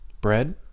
bread